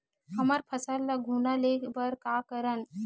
हमर फसल ल घुना ले बर का करन?